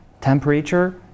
temperature